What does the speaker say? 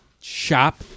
shop